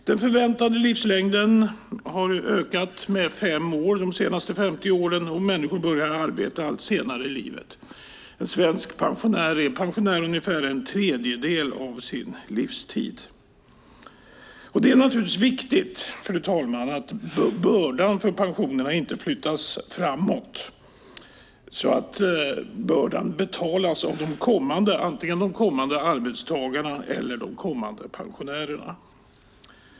Den förväntade livslängden har ökat med fem år under de senaste 50 åren, och människor börjar arbeta allt senare i livet. En svensk pensionär är pensionär ungefär en tredjedel av sin livstid. Fru talman! Det är naturligtvis viktigt att pensionsbördan inte flyttas framåt så att bördan betalas antingen av kommande arbetstagare eller av kommande pensionärer.